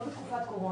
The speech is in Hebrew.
לא בתקופת קורונה,